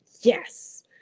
yes